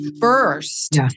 First